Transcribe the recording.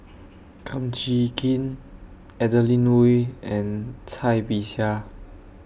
Kum Chee Kin Adeline Ooi and Cai Bixia